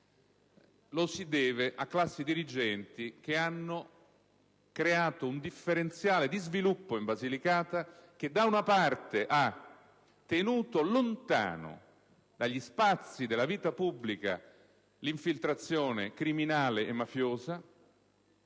lo si deve a classi dirigenti che hanno creato un differenziale di sviluppo in Basilicata che, da una parte, ha tenuto lontano dagli spazi della vita pubblica l'infiltrazione criminale e mafiosa